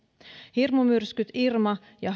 hirmumyrskyt irma ja